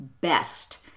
best